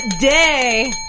Day